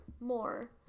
More